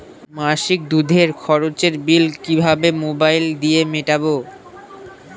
মাসিক দুধের খরচের বিল কিভাবে মোবাইল দিয়ে মেটাব?